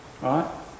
right